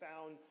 found